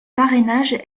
parrainage